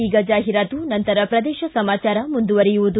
ಈಗ ಜಾಹಿರಾತು ನಂತರ ಪ್ರದೇಶ ಸಮಾಚಾರ ಮುಂದುವರಿಯುವುದು